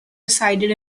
resided